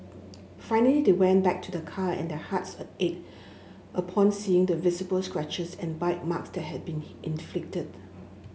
finally they went back to their car and their hearts ached upon seeing the visible scratches and bite marks that had been inflicted